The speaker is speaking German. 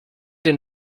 denn